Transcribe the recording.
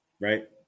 right